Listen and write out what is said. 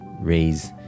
raise